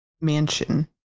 mansion